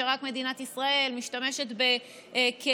שרק מדינת ישראל משתמשת בכלים,